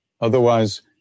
Otherwise